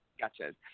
Gotcha